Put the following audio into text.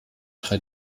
drei